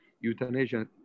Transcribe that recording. euthanasia